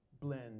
blend